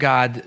God